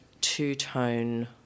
two-tone